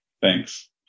Thanks